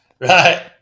Right